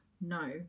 No